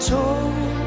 told